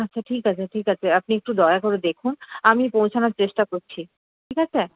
আচ্ছা ঠিক আছে ঠিক আছে আপনি একটু দয়া করে দেখুন আমি পৌঁছানোর চেষ্টা করছি ঠিক আছে